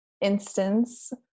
instance